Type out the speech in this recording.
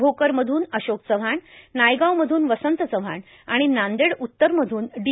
भोकरमधून अषोक चव्हाण नायगावमधून वसंत चव्हाण आणि नांदेड उतरमधून डी